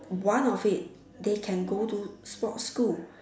one of it they can go do sports school